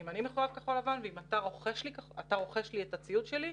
אם אני מחויב כחול לבן ואתה רוכש לי את הציוד שלי,